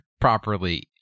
properly